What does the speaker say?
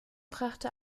brachte